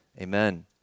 amen